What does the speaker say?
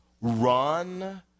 Run